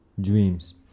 Dreams